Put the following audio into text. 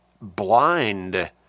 blind